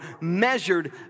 measured